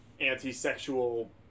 anti-sexual